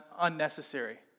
unnecessary